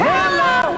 Hello